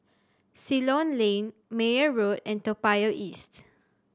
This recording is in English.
Ceylon Lane Meyer Road and Toa Payoh East